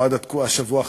או עד השבוע האחרון,